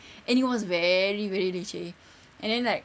and it was very very leceh and then like